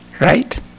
right